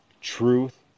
truth